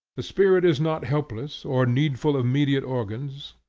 the spirit is not helpless or needful of mediate organs.